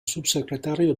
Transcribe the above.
subsecretario